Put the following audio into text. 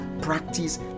practice